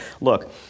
look